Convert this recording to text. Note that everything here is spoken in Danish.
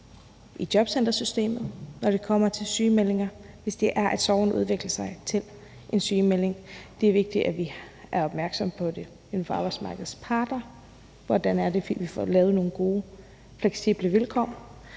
i jobcentersystemet, når det kommer til sygemeldinger, hvis sorgen udvikler sig til en sygemelding. Det er vigtigt, at vi er opmærksomme på det inden for arbejdsmarkedets parter, og hvordan det er, vi får lavet nogle gode, fleksible vilkår.